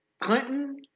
Clinton